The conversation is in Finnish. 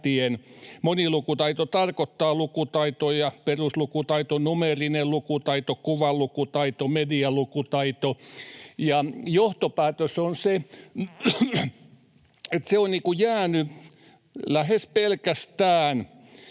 Monilukutaito tarkoittaa lukutaitoja — peruslukutaito, numeerinen lukutaito, kuvanlukutaito, medialukutaito — ja johtopäätös on se, että se on jäänyt lähes pelkästään